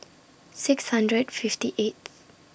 six hundred fifty eighth